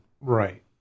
Right